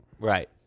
right